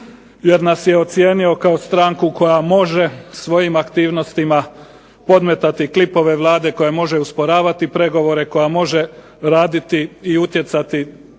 jer nas je ocijenio kao stranku koja može svojim aktivnostima podmetati klipove Vlade koja može usporavati pregovore, koja može raditi i utjecati